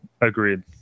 agreed